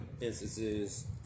instances